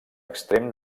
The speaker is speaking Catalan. extrem